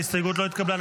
ההסתייגות לא התקבלה.